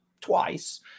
twice